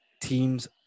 Teams